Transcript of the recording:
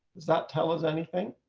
does that tell us anything.